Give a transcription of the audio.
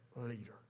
leader